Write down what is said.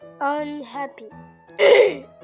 unhappy